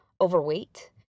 overweight